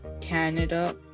Canada